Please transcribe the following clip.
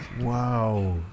Wow